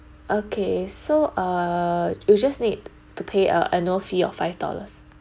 okay so uh you just need to pay uh annual fee of five dollars